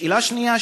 שאלה שנייה,